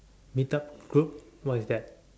little group what is that